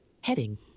heading